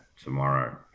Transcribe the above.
tomorrow